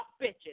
bitches